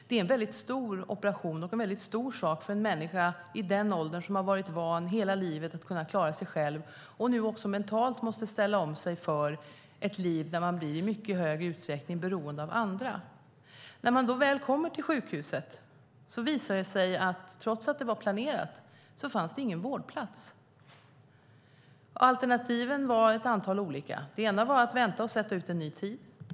Det är en väldigt stor operation och en stor sak för en människa i den åldern som hela livet har varit van att klara sig själv och nu mentalt ska ställa om sig för ett liv där man i mycket högre grad blir beroende av andra. När man väl kommer till sjukhuset visar det sig att det, trots att operationen var planerad, inte finns någon vårdplats. Då fanns det ett antal olika alternativ. Det ena var att vänta och sätta ut en ny tid.